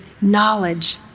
knowledge